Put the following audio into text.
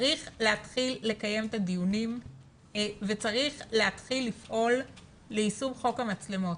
צריך להתחיל לקיים את הדיונים וצריך להתחיל לפעול ליישום חוק המצלמות.